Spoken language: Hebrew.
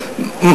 אשם,